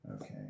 Okay